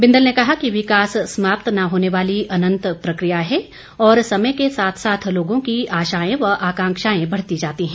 बिंदल ने कहा कि विकास समाप्त न होने वाली अनंत प्रक्रिया है और समय के साथ साथ लोगों की आशाएं व अकांक्षाएं बढ़ती जाती हैं